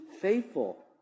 faithful